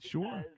Sure